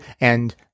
and-